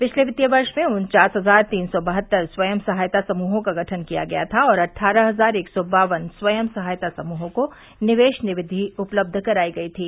पिछले क्तीय वर्ष में उन्वास हजार तीन सौ बहत्तर स्वयं सहायता समूहों का गठन किया गया था और अट्ठारह हजार एक सौ बावन स्वयं सहायता समूहों को निवेश निधि उपलब्ध कराई गई थी